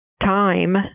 time